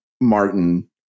Martin